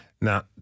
Now